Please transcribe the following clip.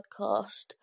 podcast